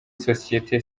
sosiyete